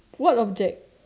what object